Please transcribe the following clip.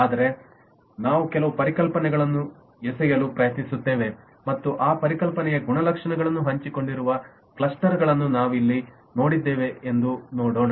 ಆದ್ದರಿಂದ ನಾವು ಕೆಲವು ಪರಿಕಲ್ಪನೆಗಳನ್ನು ಎಸೆಯಲು ಪ್ರಯತ್ನಿಸುತ್ತೇವೆ ಮತ್ತು ಆ ಪರಿಕಲ್ಪನೆಯ ಗುಣಲಕ್ಷಣಗಳನ್ನು ಹಂಚಿಕೊಂಡಿರುವ ಕ್ಲಸ್ಟರ್ಗಳನ್ನು ನಾವು ಇಲ್ಲಿ ಹೊಂದಿದ್ದೇವೆ ಎಂದು ನೋಡೋಣ